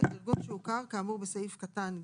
זה אחד החוקים היפים והמרגשים שהולכים לסייע לכל כך הרבה אנשים,